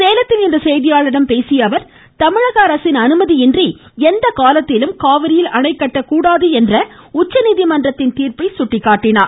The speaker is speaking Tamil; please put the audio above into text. சேலத்தில் இன்று செய்தியாளர்களிடம் பேசிய அவர் தமிழக அரசின் அனுமதியின்றி எந்த காலத்திலும் காவிரியில் அணை கட்ட கூடாது என்ற உச்சநீதிமன்றத்தின் தீர்ப்பை சுட்டிக்காட்டினார்